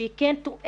שהיא כן תואמת,